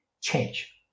change